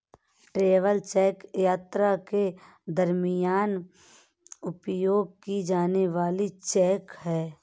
travel cheque यात्रा के दरमियान उपयोग की जाने वाली चेक है